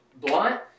blunt